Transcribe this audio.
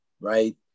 right